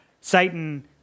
Satan